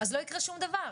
לא יקרה שום דבר.